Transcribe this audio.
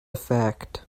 fact